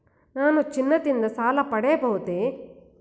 ನಾನು ಚಿನ್ನದಿಂದ ಸಾಲ ಪಡೆಯಬಹುದೇ?